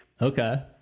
Okay